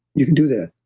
you can do that.